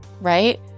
right